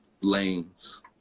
lanes